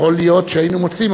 יכול להיות שהיינו מוצאים,